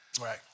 Right